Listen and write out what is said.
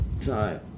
time